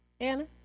anna